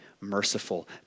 merciful